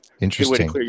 interesting